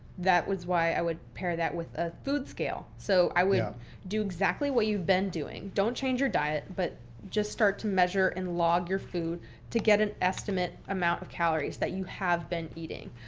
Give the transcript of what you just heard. that was why i would pair with a food scale. so i would um do exactly what you've been doing. don't change your diet but just start to measure and log your food to get an estimate amount of calories that you have been eating.